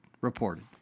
Reported